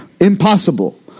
impossible